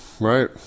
right